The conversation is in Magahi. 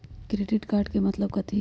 क्रेडिट कार्ड के मतलब कथी होई?